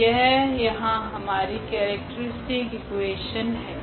तो यह यहाँ हमारी केरेक्ट्रीस्टिक इकुवेशन है